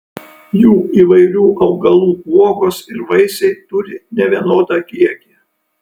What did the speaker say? jų įvairių augalų uogos ir vaisiai turi nevienodą kiekį